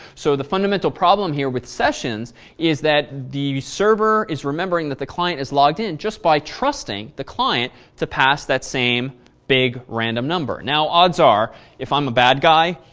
so, the fundamental problem here with sessions is that the server is remembering that the client is logged in, just by trusting the client to pass that same big random number. now, odds are if i'm the ah bad guy,